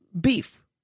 beef